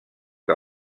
que